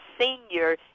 senior